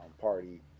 party